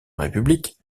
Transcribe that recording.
république